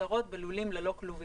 מיוצרות בלולים ללא כלובים.